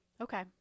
Okay